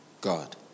God